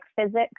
physics